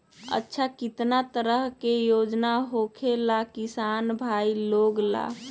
अच्छा कितना तरह के योजना होखेला किसान भाई लोग ला?